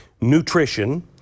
nutrition